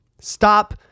Stop